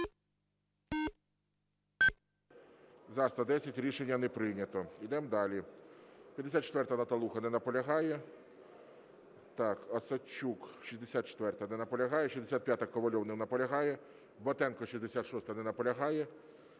За-110 Рішення не прийнято. Йдемо далі. 54-а, Наталуха. Не наполягає. Осадчук, 64-а. Не наполягає. 65-а, Ковальов. Не наполягає. Батенко, 66-а. Не наполягає.